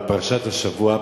בפרשת השבוע,